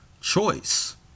choice